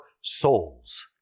souls